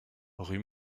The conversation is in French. rue